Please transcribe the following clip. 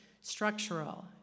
Structural